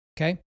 Okay